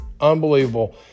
Unbelievable